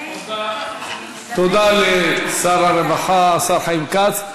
תודה לשר הרווחה, השר חיים כץ.